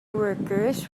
workers